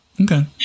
Okay